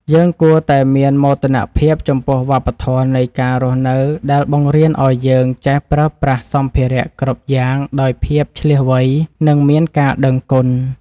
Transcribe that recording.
យើងគួរតែមានមោទនភាពចំពោះវប្បធម៌នៃការរស់នៅដែលបង្រៀនឱ្យយើងចេះប្រើប្រាស់សម្ភារៈគ្រប់យ៉ាងដោយភាពឈ្លាសវៃនិងមានការដឹងគុណ។